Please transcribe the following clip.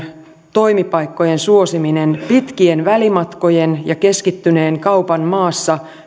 toimipaikkojen suosiminen pitkien välimatkojen ja keskittyneen kaupan maassa